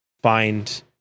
find